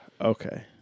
Okay